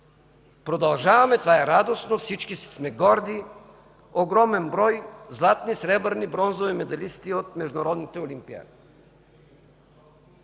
продължаваме, това е радостно, всички сме горди, огромен брой златни, сребърни, бронзови медалисти от международните олимпиади.